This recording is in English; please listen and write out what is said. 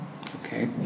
Okay